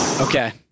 Okay